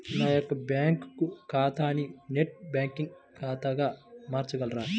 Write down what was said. నా యొక్క బ్యాంకు ఖాతాని నెట్ బ్యాంకింగ్ ఖాతాగా మార్చగలరా?